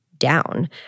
down